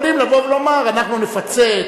יכולים לבוא ולומר: אנחנו נפצה את